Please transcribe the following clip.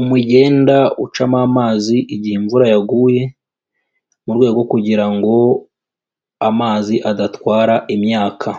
Umugenda ucamo amazi igihe imvura yaguye, mu rwego kugira ngo amazi adatwara imyaka.